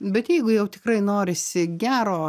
bet jeigu jau tikrai norisi gero